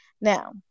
Now